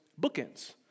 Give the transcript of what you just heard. bookends